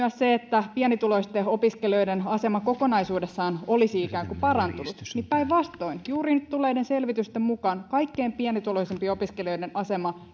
se että pienituloisten opiskelijoiden asema kokonaisuudessaan olisi ikään kuin parantunut päinvastoin juuri nyt tulleiden selvitysten mukaan kaikkein pienituloisimpien opiskelijoiden asema